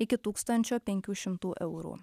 iki tūkstančio penkių šimtų eurų